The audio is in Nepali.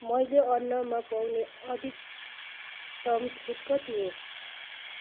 मैले अन्नमा पाउने अधिकतम छुट कति हो